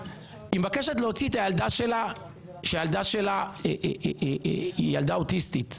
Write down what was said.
היא מבקשת להוציא את הילדה שלה, ילדה אוטיסטית